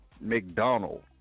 McDonald